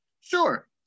Sure